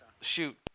Shoot